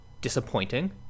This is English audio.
disappointing